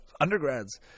Undergrads